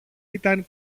ήταν